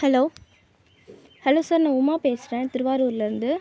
hello hello sir நான் உமா பேசுகிறேன் திருவாரூர்லேருந்து